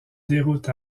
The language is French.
déroute